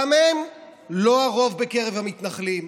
גם הם לא הרוב בקרב המתנחלים,